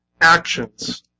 actions